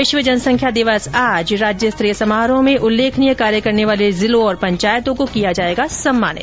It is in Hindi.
विश्व जनसंख्या दिवस आज राज्य स्तरीय समारोह में उल्लेखनीय कार्य करने वाले जिलों और पंचायतों को किया जाएगा सम्मानित